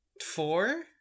Four